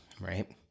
right